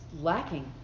lacking